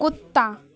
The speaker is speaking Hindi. कुत्ता